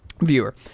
viewer